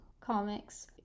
comics